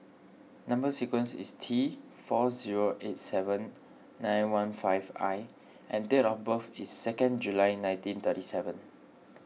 Number Sequence is T four zero eight seven nine one five I and date of birth is second July nineteen thirty seven